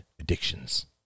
addictions